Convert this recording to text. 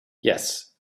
yes